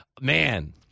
man